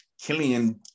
Killian